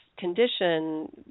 condition